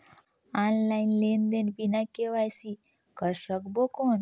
Online लेनदेन बिना KYC कर सकबो कौन??